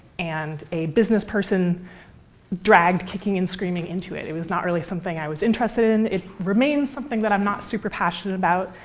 and a business person dragged kicking and screaming into it. it was really something i was interested in. it remains something that i'm not super passionate about,